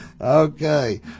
okay